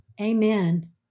Amen